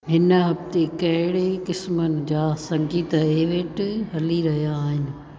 हिन हफ़्ते कहिड़े किसमनि जा संगीत इवेंट हलि रहिया आहिनि